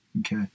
Okay